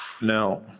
Now